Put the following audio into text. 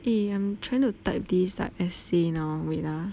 eh I'm trying to type this like essay now wait ah